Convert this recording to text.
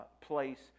place